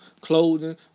clothing